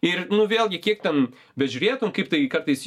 ir vėlgi kiek ten bežiūrėtum kaip tai kartais